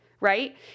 right